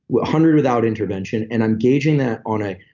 one hundred without intervention, and i'm gauging that on a.